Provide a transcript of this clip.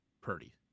Purdy